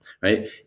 right